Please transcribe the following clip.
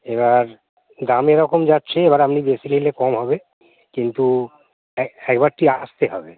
এবার দাম এরকম যাচ্ছে এবার আপনি বেশি নিলে কম হবে কিন্তু এক একবারটি আসতে হবে